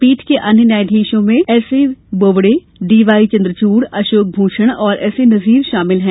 पीठ के अन्य न्यायाधीशों में एसए बोवड़े डीवाई चंद्रचूड़ अशोक भूषण और एसए नज़ीर शामिल हैं